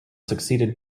succeeded